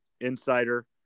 insider